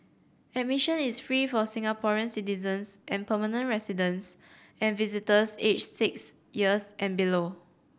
admission is free for Singapore citizens and permanent residents and visitors aged six years and below